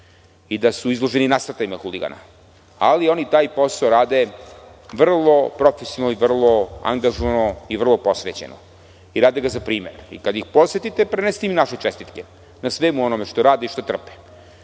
i da su izloženi nasrtajima huligana, ali oni taj posao rade vrlo profesionalno i vrlo angažovano i vrlo posvećeno i rade ga za primer. Kada ih posetite, prenesite im naše čestitke, na svemu onome što rade i što trpe,